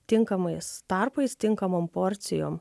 tinkamais tarpais tinkamom porcijom